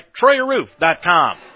TroyerRoof.com